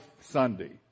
Sunday